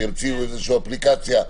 ימציאו איזושהי אפליקציה.